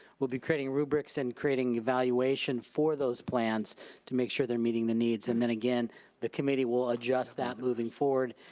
we'll be creating rubrics and creating evaluation for those plans to make sure they're meeting the needs and then again the committee will adjust that moving forward,